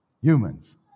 humans